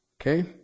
Okay